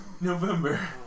November